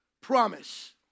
promise